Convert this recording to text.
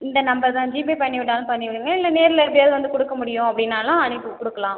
இந்த நம்பர் தான் ஜிபே பண்ணிவிட்டாலும் பண்ணிவிடுங்க இல்லை நேரில் எப்படியாவது வந்து கொடுக்க முடியும் அப்படின்னாலும் அனுப்பி கொடுக்கலாம்